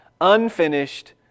Unfinished